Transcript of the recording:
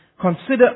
consider